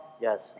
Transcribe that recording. Yes